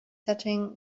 setting